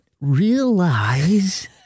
realize